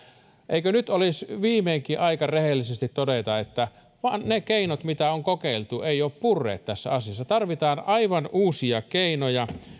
eikö nyt olisi viimeinkin aika rehellisesti todeta että ne keinot mitä on kokeiltu eivät vain ole purreet tässä asiassa tarvitaan aivan uusia keinoja